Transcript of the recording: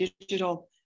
digital